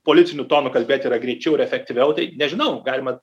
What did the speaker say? policiniu tonu kalbėt yra greičiau ir efektyviau tai nežinau galima